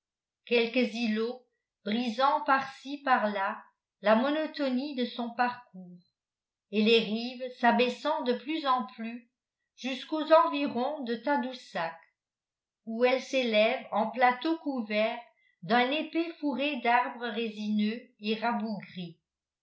quelques îlots brisant par-ci par-là la monotonie de son parcours et les rives s'abaissant de plus en plus jusqu'aux environs de tadoussac où elles s'élèvent en plateaux couverts d'un épais fourré d'arbres résineux et rabougris